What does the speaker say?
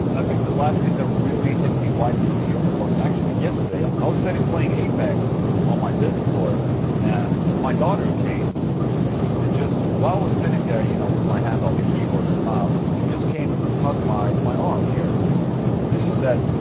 i think the last thing that really hit me right in in the feels was actually yesterday i was sitting playing apex on my discord and my daughter came and just. while i was sitting there, you know, with my hand on the keyboard and mouse she just came and hugged my my arm here and she said.